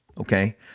okay